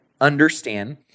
understand